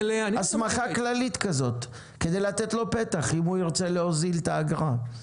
הסמכה כללית כזאת כדי לתת לו פתח אם הוא ירצה להוזיל את האגרה.